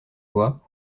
loi